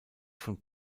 von